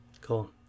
Cool